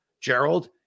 Gerald